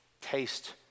taste